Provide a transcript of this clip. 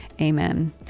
Amen